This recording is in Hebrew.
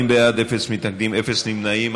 40 בעד, אפס מתנגדים, אפס נמנעים.